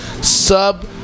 sub